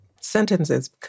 sentences